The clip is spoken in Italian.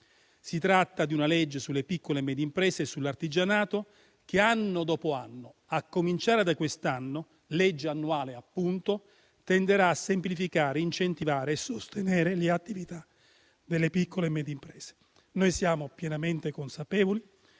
Si tratta di una legge annuale sulle piccole e medie imprese e sull'artigianato che anno dopo anno, a cominciare da quest'anno, tenderà a semplificare, incentivare e sostenere le attività delle piccole e medie imprese. Noi siamo pienamente consapevoli